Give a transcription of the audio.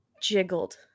jiggled